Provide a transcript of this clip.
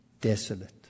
desolate